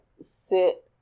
sit